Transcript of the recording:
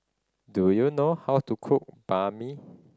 do you know how to cook Banh Mi